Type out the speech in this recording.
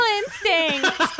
instinct